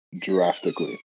drastically